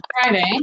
Friday